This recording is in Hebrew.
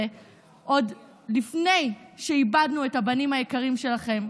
עוד לפני שאיבדנו את הבנים היקרים שלכם,